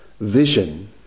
vision